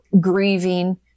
grieving